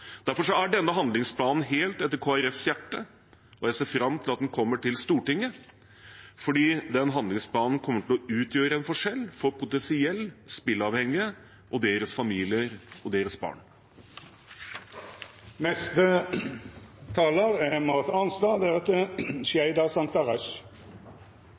Derfor er denne handlingsplanen helt etter Kristelig Folkepartis hjerte, og jeg ser fram til at den kommer til Stortinget, for den handlingsplanen kommer til å utgjøre en forskjell for potensielt spilleavhengige og deres familier og barn.